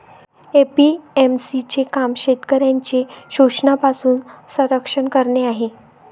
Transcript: APMC चे काम शेतकऱ्यांचे शोषणापासून संरक्षण करणे आहे